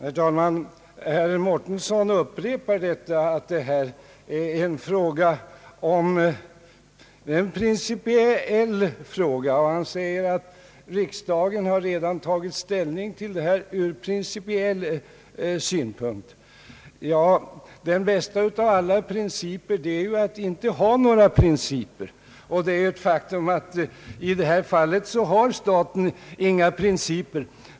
Herr talman! Herr Mårtensson upprepar att detta är en principiell fråga, och han säger att riksdagen redan tagit ställning till denna fråga ur principiell synpunkt. Ja, den bästa av alla principer är att inte ha några principer alls, och det är ett faktum att staten i detta fall inte har några principer.